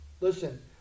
Listen